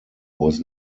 was